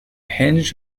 hinge